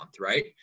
right